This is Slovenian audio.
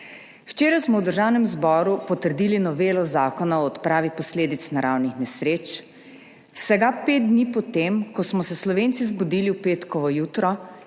Včeraj smo v Državnem zboru potrdili novelo Zakona o odpravi posledic naravnih nesreč vsega 5 dni po tem, ko smo se Slovenci zbudili v petkovo jutro